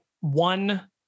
one